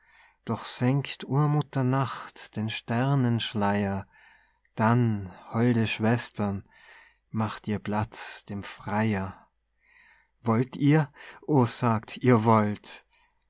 doch senkt urmutter nacht den sternenschleier dann holde schwestern macht ihr platz dem freier wollt ihr o sagt ihr wollt